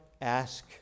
ask